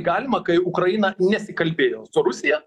galima kai ukraina nesikalbėjo su rusija